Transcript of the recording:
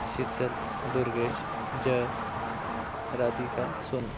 Shital Durgesh Jay Radhika Sonu